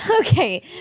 Okay